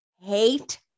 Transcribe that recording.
hate